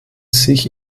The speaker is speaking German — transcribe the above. sich